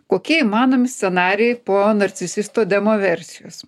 kokie įmanomi scenarijai po narcisisto demoversijos